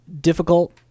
difficult